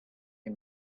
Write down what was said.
you